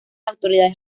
autoridades